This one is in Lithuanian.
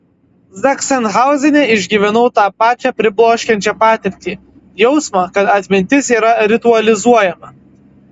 zachsenhauzene išgyvenau tą pačią pribloškiančią patirtį jausmą kad atmintis yra ritualizuojama